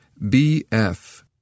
bf